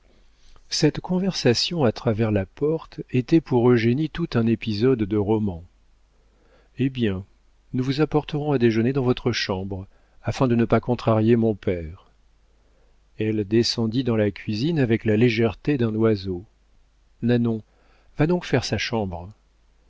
cette conversation à travers la porte était pour eugénie tout un épisode de roman eh bien nous vous apporterons à déjeuner dans votre chambre afin de ne pas contrarier mon père elle descendit dans la cuisine avec la légèreté d'un oiseau nanon va donc faire sa chambre